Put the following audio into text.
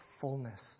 fullness